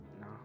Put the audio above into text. No